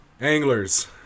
Anglers